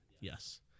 Yes